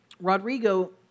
Rodrigo